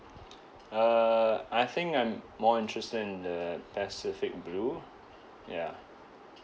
uh I think I'm more interested in the pacific blue ya